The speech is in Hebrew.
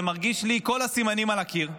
זה מרגיש לי שכל הסימנים על הקיר,